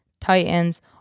Titans—